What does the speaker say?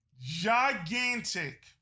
Gigantic